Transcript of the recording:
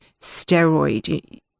steroid